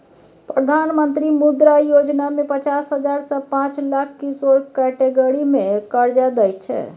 प्रधानमंत्री मुद्रा योजना मे पचास हजार सँ पाँच लाख किशोर कैटेगरी मे करजा दैत छै